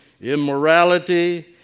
immorality